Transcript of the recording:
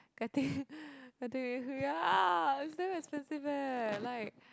getting getting ya it's damn expensive eh like